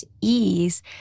ease